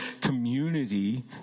community